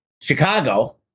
Chicago